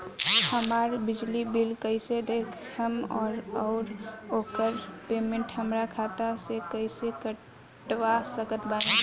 हमार बिजली बिल कईसे देखेमऔर आउर ओकर पेमेंट हमरा खाता से कईसे कटवा सकत बानी?